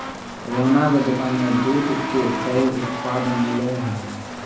रोहना के दुकान में दूध के कई उत्पाद मिला हई